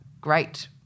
great